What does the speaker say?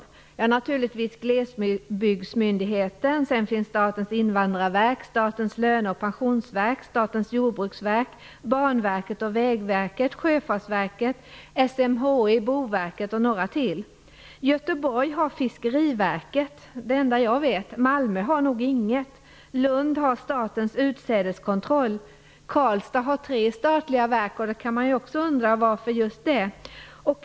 Vi har naturligtvis Glesbygdsmyndigheten och därutöver Statens invandrarverk, Statens löne och pensionsverk, Statens jordbruksverk, Banverket, Vägverket, Sjöfartsverket, SMHI, Boverket och några till. Det enda statliga verk som jag känner till att Göteborg har är Fiskeriverket. Malmö har nog inget. Lund har Statens utsädeskontroll. Karlstad har tre statliga verk, och man kan undra varför de ligger just där.